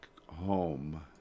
home